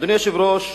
אדוני היושב-ראש,